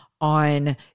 on